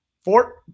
Fort